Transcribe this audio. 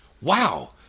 Wow